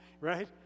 Right